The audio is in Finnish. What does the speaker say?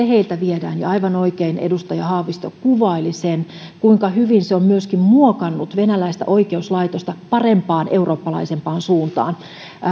heiltä viedään aivan oikein edustaja haavisto kuvaili sen kuinka hyvin se on myöskin muokannut venäläistä oikeuslaitosta parempaan eurooppalaisempaan suuntaan